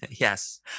Yes